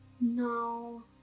no